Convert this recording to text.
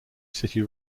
city